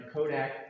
Kodak